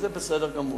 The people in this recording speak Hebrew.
זה בסדר גמור.